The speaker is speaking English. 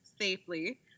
safely